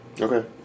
Okay